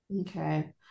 Okay